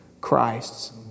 Christ's